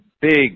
big